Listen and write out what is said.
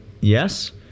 Yes